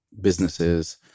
businesses